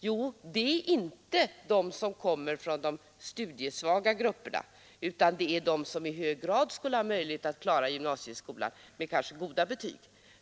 Jo, det är inte de som kommer från de studiesvaga grupperna, utan det är de som i hög grad skulle ha möjlighet att klara gymnasieskolan med kanske goda betyg.